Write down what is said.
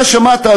אתה שמעת,